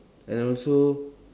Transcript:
and also